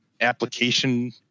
application